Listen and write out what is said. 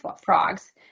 frogs